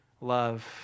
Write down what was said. love